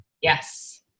Yes